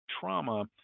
trauma